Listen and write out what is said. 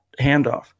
handoff